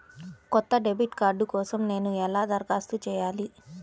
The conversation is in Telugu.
కొత్త డెబిట్ కార్డ్ కోసం నేను ఎలా దరఖాస్తు చేయాలి?